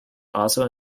also